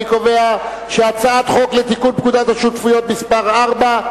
אני קובע שהצעת חוק לתיקון פקודת השותפויות (מס' 4),